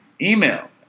email